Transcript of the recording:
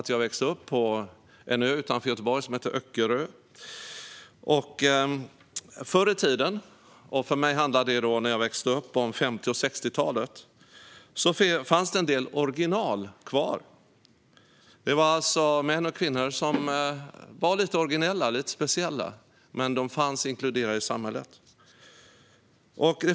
Jag växte upp på en ö utanför Göteborg som heter Öckerö. Förr i tiden, som för mig handlar om när jag växte upp på 50 och 60talet, fanns det en del original kvar. Det var män och kvinnor som var lite originella och speciella men som fanns inkluderade i samhället.